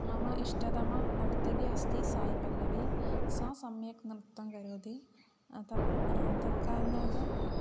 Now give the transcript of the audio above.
मम इष्टतमनार्तकी अस्ति सायिपल्लवी सा सम्यक् नृत्तं करोति तत् तत् कारणात्